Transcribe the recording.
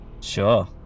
Sure